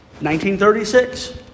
1936